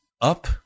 up